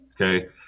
Okay